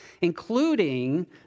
including